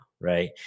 right